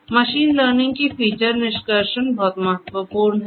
तो machine learning की feature निष्कर्षण बहुत महत्वपूर्ण है